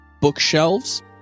bookshelves